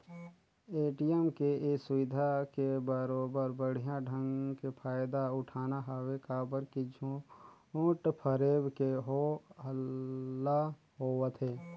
ATM के ये सुबिधा के बरोबर बड़िहा ढंग के फायदा उठाना हवे काबर की झूठ फरेब के हो हल्ला होवथे